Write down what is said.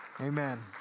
Amen